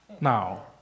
Now